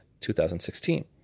2016